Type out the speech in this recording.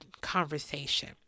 conversation